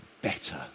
better